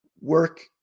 work